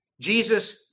Jesus